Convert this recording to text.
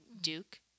Duke